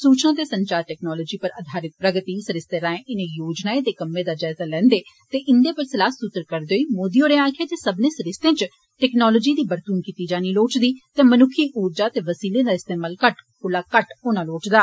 सूचना ते संचार टेक्नोलोजी पर अधारत ''प्रगति'' सरिस्ते राएं इनें योजनाएं दे कम्में दा जायजा लैंदे ते इंदे पर सलाह सूत्र करदे होई मोदी होरें आक्खेआ जे सब्बने सरिस्तें च टेकनोलोजी दी बरतून कीती जानी लोड़चदी ते मनुक्खी उर्जा ते वसीले दा इस्तेमाल घट्टोघट्ट होना लोड़चदा